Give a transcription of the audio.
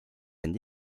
end